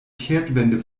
kehrtwende